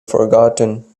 forgotten